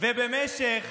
במשך